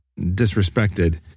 disrespected